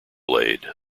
laid